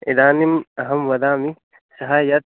इदानीम् अहं वदामि सः यत्